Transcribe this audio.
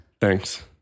thanks